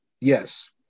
Yes